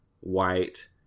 white